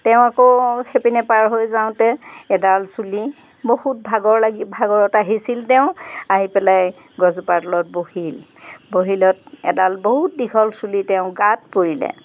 তেওঁ আকৌ সেইপিনে পাৰ হৈ যাওঁতে এডাল চুলি বহুত ভাগৰ লাগি ভাগৰত আহিছিল তেওঁ আহি পেলাই গছজোপাৰ তলত বহিল বহিলত এডাল বহুত দীঘল চুলি তেওঁ গাত পৰিলে